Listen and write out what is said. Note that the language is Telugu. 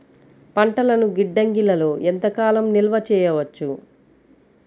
పంటలను గిడ్డంగిలలో ఎంత కాలం నిలవ చెయ్యవచ్చు?